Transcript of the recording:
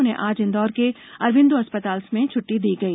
उन्हें आज इंदौर के अरविंदो अस्पताल से छुट्टी दी गई